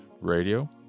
radio